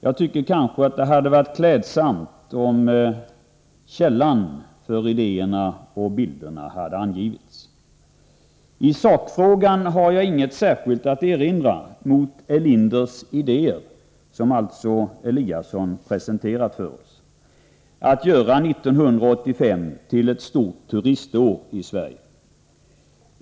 Jag tycker att det kanske hade varit klädsamt om källan för idéerna och bilderna hade angivits. I sakfrågan har jag inget särskilt att erinra mot Elinders idé som alltså Eliasson presenterade för oss, att göra 1985 till ett stort turistår i Sverige.